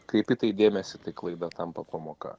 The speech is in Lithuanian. kreipi į tai dėmesį tai klaida tampa pamoka